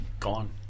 Gone